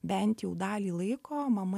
bent jau dalį laiko mama